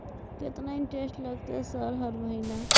केतना इंटेरेस्ट लगतै सर हर महीना?